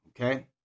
okay